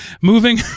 Moving